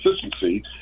consistency